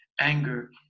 anger